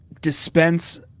dispense